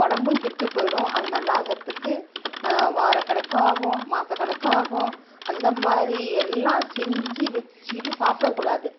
உடம்பும் கெட்டு போயிடும் அது நல்லாகிறத்துக்கு வார கணக்கும் ஆகும் மாத கணக்கும் ஆகும் அந்த மாதிரி எல்லாம் செஞ்சு வெச்சுகிட்டு சாப்பிட கூடாது